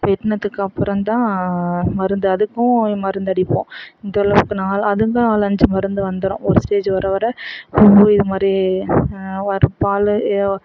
வெட்டினத்துக்கு அப்புறந்தான் மருந்து அதுக்கும் மருந்து அடிப்போம் இந்தளவுக்கு நாலு அதுவும் தான் நாலு அஞ்சு மருந்து வந்துடும் ஒரு ஸ்டேஜ் வர வர பூ இது மாதிரியே வரும் பால்